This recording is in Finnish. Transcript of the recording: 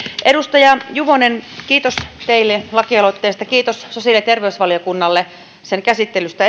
edustaja juvonen kiitos teille lakialoitteesta kiitos sosiaali ja terveysvaliokunnalle sen käsittelystä